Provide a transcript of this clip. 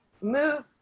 move